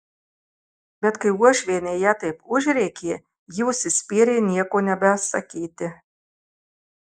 bet kai uošvienė ją taip užrėkė ji užsispyrė nieko nebesakyti